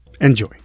Enjoy